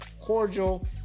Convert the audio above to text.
cordial